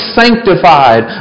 sanctified